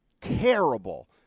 terrible